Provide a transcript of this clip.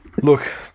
look